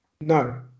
No